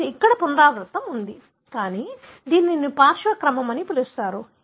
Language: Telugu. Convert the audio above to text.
మీకు ఇక్కడ పునరావృతం ఉంది కానీ దీనిని మీరు పార్శ్వ క్రమం అని పిలుస్తారు